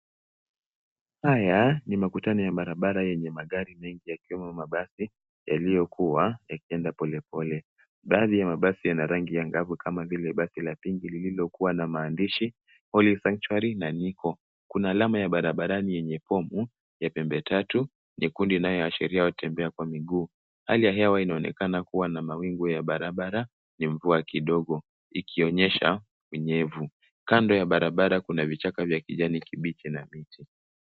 Haya ni makutano ya barabara yenye magari mengi yakiwemo mabasi yaliyokuwa yakienda polepole. Dari ya mabasi yana rangi angavu kama vile basi la pinki lililokuwa na maandishi Holy Sanctuary na Nicco. Kuna alama ya barabarani yenye fomu ya pembe tatu jekundu inayoashiria watembea kwa miguu. Hali ya hewa inaonekana kuwa na mawingu ya barabara na mvua kidogo ikionyesha unyevu. Kando ya barabra kuna vichaka vya kijani kibichi na miti.